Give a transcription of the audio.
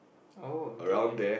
oh okay